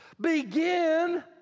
Begin